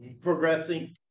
progressing